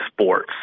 sports